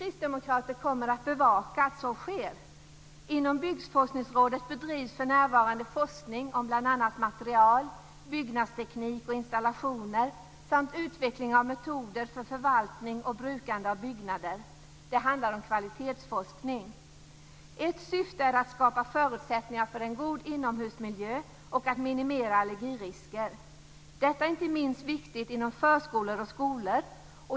Inom Byggforskningsrådet bedrivs för närvarande forskning om bl.a. material, byggnadsteknik och installationer samt utveckling av metoder för förvaltning och brukande av byggnader. Det handlar om kvalitetsforskning. Ett syfte är att skapa förutsättningar för en god inomhusmiljö och att minimera allergirisker. Detta är inte minst viktigt inom förskolor och skolor.